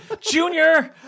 junior